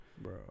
Bro